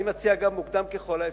אני מציע גם מוקדם ככל האפשר,